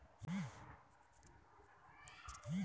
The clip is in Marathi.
मेंढीनी कटिंगना अर्थ मेंढीना बाल कापाशे शे